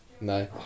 No